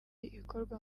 ikorwa